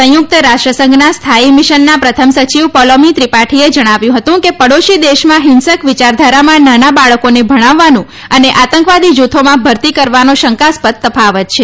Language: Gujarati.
સંયુક્ત રાષ્ટ્રસંઘના સ્થાયી મિશનનાં પ્રથમ સયિવ પૌલિમી ત્રિપાઠીએ જણાવ્યું હતું કે પડોશી દેશમાં હિંસક વિચારધારામાં નાના બાળકીને ભણાવવાનું અને આતંકવાદી જૂથોમાં ભરતી કરવાનો શંકાસ્પદ તફાવત છે